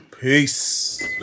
Peace